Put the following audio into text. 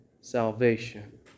salvation